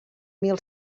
mil